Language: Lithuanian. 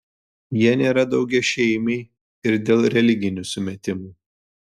jie nėra daugiašeimiai ir dėl religinių sumetimų